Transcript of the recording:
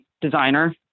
designer